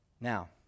Now